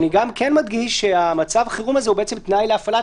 אני גם מדגיש שמצב החירום הזה הוא תנאי להפעלת